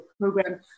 program